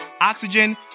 Oxygen